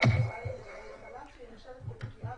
--- שנחשבת לפגיעה